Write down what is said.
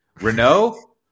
Renault